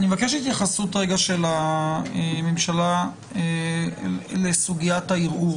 אני מבקש התייחסות של הממשלה לסוגיית הערעור